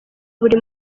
buri